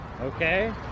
Okay